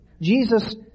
Jesus